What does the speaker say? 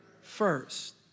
first